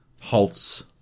halts